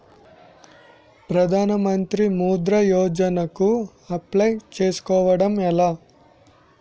ప్రధాన మంత్రి ముద్రా యోజన కు అప్లయ్ చేసుకోవటం ఎలా?